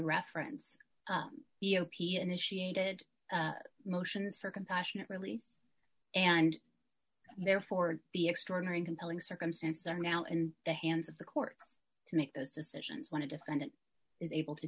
reference e o p initiated motions for compassionate release and therefore the extraordinary compelling circumstances are now in the hands of the courts to make those decisions when a defendant is able to